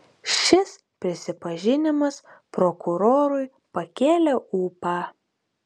šis prisipažinimas prokurorui pakėlė ūpą